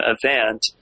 event